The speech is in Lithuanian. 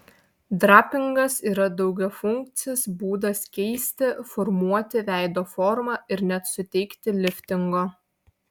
drapingas yra daugiafunkcis būdas keisti formuoti veido formą ir net suteikti liftingo